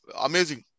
amazing